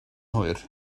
hwyr